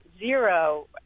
zero